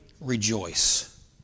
rejoice